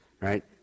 right